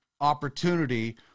opportunity